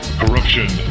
corruption